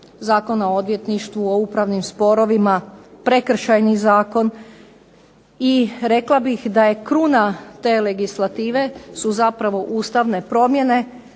Zakona o odvjetništvu, o upravnim sporovima, Prekršajni zakon, i rekla bih da je kruna te legislative su zapravo ustavne promjene